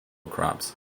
crops